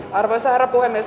arvoisa herra puhemies